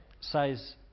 says